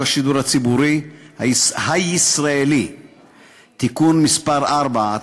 השידור הציבורי הישראלי (תיקון מס' 4),